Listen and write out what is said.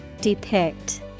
Depict